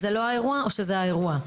זה לא האירוע או שזה האירוע?